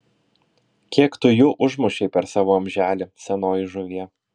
kiek tu jų užmušei per savo amželį senoji žuvie